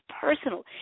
personal